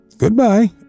Goodbye